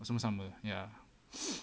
sama sama ya